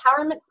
empowerment